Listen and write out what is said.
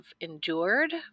endured